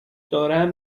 دارم